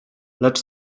lecz